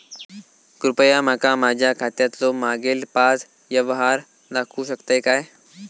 कृपया माका माझ्या खात्यातलो मागील पाच यव्हहार दाखवु शकतय काय?